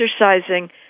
exercising